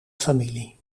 familie